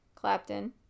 Clapton